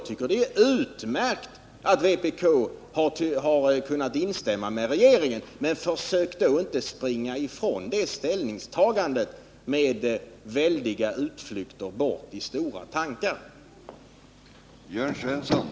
Det är utmärkt att vpk har kunnat instämma med regeringen i detta avseende, men försök då inte springa ifrån det ställningstagandet genom att sväva ut i vidlyftiga tankegångar!